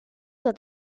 that